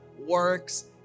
works